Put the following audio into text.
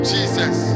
Jesus